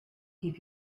keep